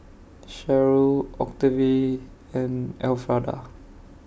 Sharyl Octavie and Alfrada